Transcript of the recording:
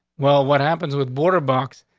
well, what happens with border box,